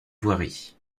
voirie